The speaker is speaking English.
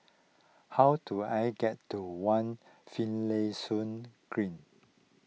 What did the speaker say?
how do I get to one Finlayson Green